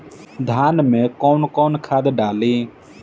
धान में कौन कौनखाद डाली?